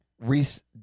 Reese